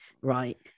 Right